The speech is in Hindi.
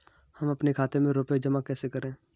हम अपने खाते में रुपए जमा कैसे करें?